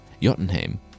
Jotunheim